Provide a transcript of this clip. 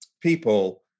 people